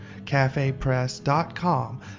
CafePress.com